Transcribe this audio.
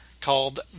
called